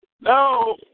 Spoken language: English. No